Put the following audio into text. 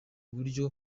buryo